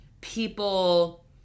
people